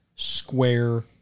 square